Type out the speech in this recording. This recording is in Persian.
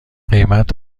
قیمت